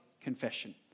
confession